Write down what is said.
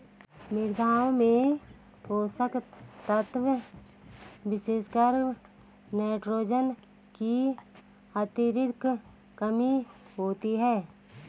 मृदाओं में पोषक तत्वों विशेषकर नाइट्रोजन की अत्यधिक कमी होती है